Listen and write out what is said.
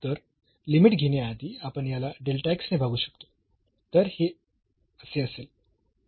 तर लिमिट घेण्याआधी आपण याला ने भागू शकतो